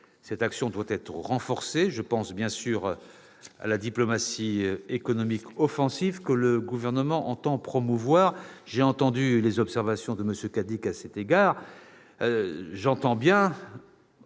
Cette action doit être renforcée. Je pense bien sûr à la diplomatie économique offensive que le Gouvernement entend promouvoir. J'ai entendu les observations de M. Cadic sur ce point ; je compte bien